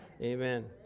Amen